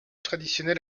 traditionnel